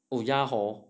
oh ya hor